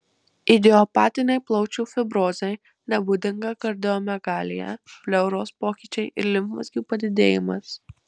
idiopatinei plaučių fibrozei nebūdinga kardiomegalija pleuros pokyčiai ir limfmazgių padidėjimas